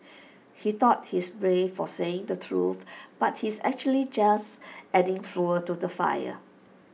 he thought he's brave for saying the truth but he's actually just adding fuel to the fire